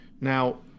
Now